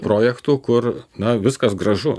projektų kur na viskas gražu